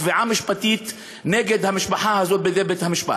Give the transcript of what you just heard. והגישה תביעה משפטית נגד המשפחה הזאת בבית-המשפט.